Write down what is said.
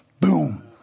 Boom